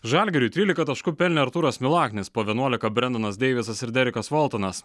žalgiriui trylika taškų pelnė artūras milaknis po vienuolika brendonas deivisas ir derikas voltonas